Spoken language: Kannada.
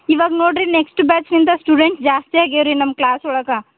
ಇವಾಗ ನೋಡ್ರಿ ನೆಕ್ಸ್ಟ್ ಬ್ಯಾಚ್ ಇಂದ ಸ್ಟುಡೆಂಟ್ ಜಾಸ್ತಿ ಆಗ್ಯಾರ್ ರೀ ನಮ್ಮ ಕ್ಲಾಸ್ ಒಳಗೆ